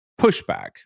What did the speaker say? pushback